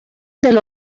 del